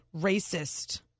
racist